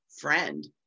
friend